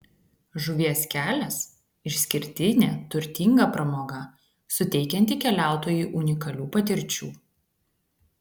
žuvies kelias išskirtinė turtinga pramoga suteikianti keliautojui unikalių patirčių